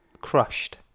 crushed